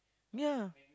ya